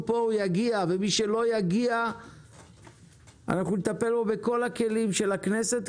יגיע ומי שלא יגיע אנחנו נטפל בו בכל הכלים של הכנסת,